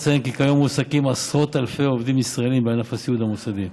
אציין כי כיום מועסקים עשרות אלפי עובדים ישראלים בענף הסיעוד המוסדי.